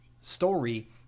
story